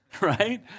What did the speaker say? Right